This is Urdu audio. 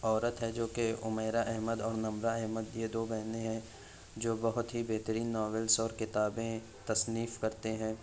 عورت ہے جو کہ عمیرہ احمد اور نمرہ احمد یہ دو بہنیں ہیں جو بہت ہی بہترین ناولس اور کتابیں تصنیف کرتے ہیں